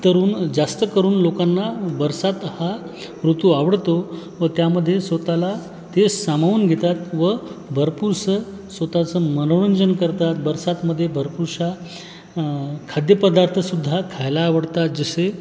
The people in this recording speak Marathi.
तरुण जास्त करून लोकांना बरसात हा ऋतू आवडतो व त्यामध्ये स्वतःला ते सामावून घेतात व भरपूरसं स्वत चं मनोरंजन करतात बरसातमध्ये भरपूरशा खाद्यपदार्थसुद्धा खायला आवडतात जसे